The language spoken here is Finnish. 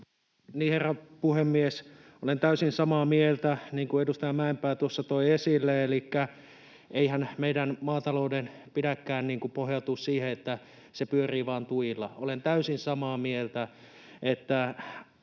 hyvä. Herra puhemies! Olen täysin samaa mieltä kuin edustaja Mäenpää siitä, mitä hän tuossa toi esille, elikkä eihän meidän maataloutemme pidäkään pohjautua siihen, että se pyörii vain tuilla. Olen täysin samaa mieltä, että